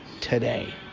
today